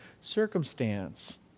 circumstance